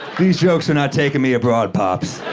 these jokes are not taking me abroad, pops.